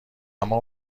اما